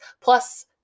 plus